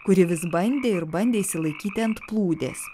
kuri vis bandė ir bandė išsilaikyti ant plūdės